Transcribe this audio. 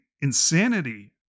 insanity